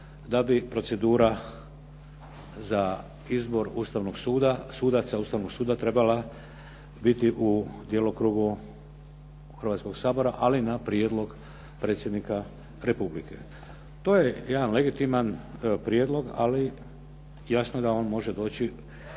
da bi procedura za izbor ustavnih sudaca trebala biti u djelokrugu Hrvatskog sabora ali na prijedlog predsjednika Republike. To je jedan legitiman prijedlog, ali jasno da on može doći